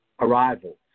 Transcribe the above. arrivals